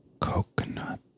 coconut